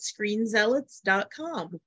screenzealots.com